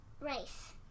race